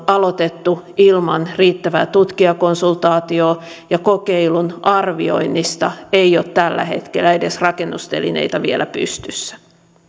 aloitettu ilman riittävää tutkijakonsultaatiota ja kokeilun arvioinnista ei ole tällä hetkellä edes rakennustelineitä vielä pystyssä